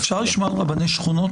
אפשר לשמוע על רבני שכונות?